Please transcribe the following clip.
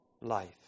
life